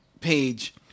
page